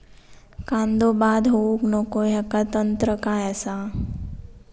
कांदो बाद होऊक नको ह्याका तंत्र काय असा?